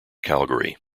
calgary